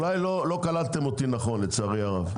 אולי לא קלטתם אותי נכון, לצערי הרב.